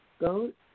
goat